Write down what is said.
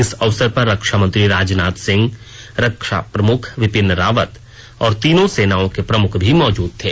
इस अवसर पर रक्षा मंत्री राजनाथ सिंह रक्षा प्रमुख विपिन रावत और तीनों सेनाओं के प्रमुख भी मौजूद थे